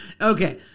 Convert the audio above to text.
Okay